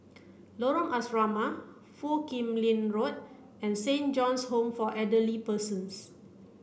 Lorong Asrama Foo Kim Lin Road and Saint John's Home for Elderly Persons